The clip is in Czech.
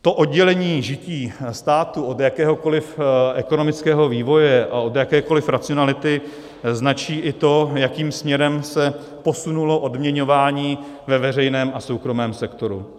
To oddělení žití státu od jakéhokoliv ekonomického vývoje a od jakékoliv racionality značí i to, jakým směrem se posunulo odměňování ve veřejném a soukromém sektoru.